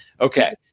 okay